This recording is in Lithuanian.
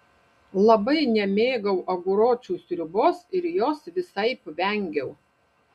labai nemėgau aguročių sriubos ir jos visaip vengiau